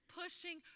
pushing